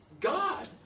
God